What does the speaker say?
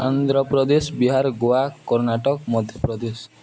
Andhra Pradesh Bihar Goa Karnataka Madhya Pradesh